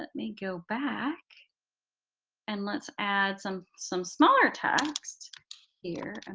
let me go back and let's add some some smaller text here. and